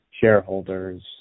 shareholders